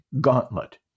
gauntlet